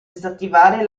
disattivare